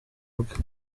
bwe